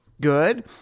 good